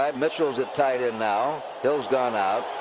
um mitchell's at tight end now. hill's gone out.